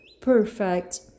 perfect